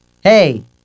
Hey